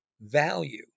value